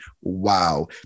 wow